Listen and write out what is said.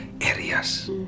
areas